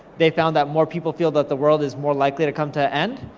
they found that more people feel that the world is more likely to come to a end,